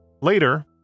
Later